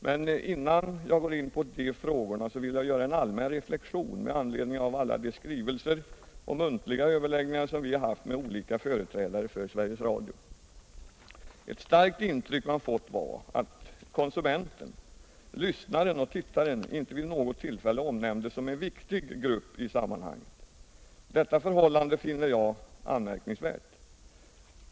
Men innan jag går in på de frågorna så vill jag göra en allmän reflexion med anledning av alla de skrivelser och muntliga överläggningar som vi haft med olika företrädare för Sveriges Radio. Ett starkt intryck man fått var att konsumenterna — lyssnaren och tittaren — inte vid något tillfälle omnämndes som en viktig grupp i sammanhanget. Detta förhållande finner jag anmärkningsvärt.